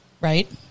Right